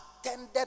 attended